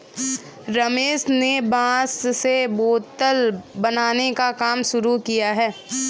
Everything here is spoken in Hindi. रमेश ने बांस से बोतल बनाने का काम शुरू किया है